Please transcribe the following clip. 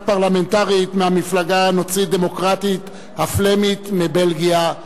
פרלמנטרית מהמפלגה הנוצרית-דמוקרטית הפלמית מבלגיה.